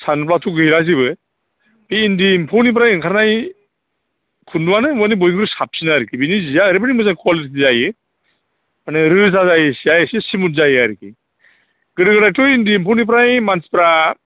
सानब्लाथ' गैला जेबो बे इन्दि एम्फौनिफ्राय ओंखारनाय खुन्दुङानो मानो बयनिख्रुइ साबसिन आरोखि बेनि सिया ओरैबायदि मोजां कुवालिटि जायो माने रोजा जायो सिया एसे स्मुथ जायो आरोखि गोदो गोदायथ' इन्दि एम्फौनिफ्राय मानसिफोरा